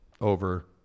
over